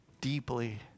deeply